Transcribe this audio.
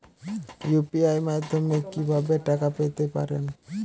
UPI মাধ্যমে কি ভাবে টাকা পেতে পারেন?